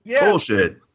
Bullshit